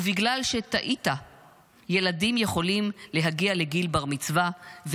ובגלל שטעית ילדים יכולים להגיע לגיל בר-מצווה,